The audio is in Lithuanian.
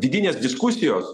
vidinės diskusijos